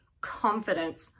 confidence